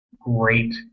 great